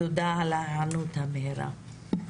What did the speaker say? תודה על ההיענות המהירה.